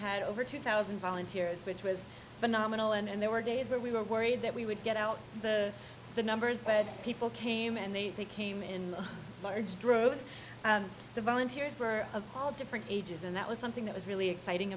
had over two thousand volunteers which was phenomenal and there were days where we were worried that we would get out the the numbers but people came and they came in large droves the volunteers were of all different ages and that was something that was really exciting